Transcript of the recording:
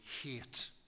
hate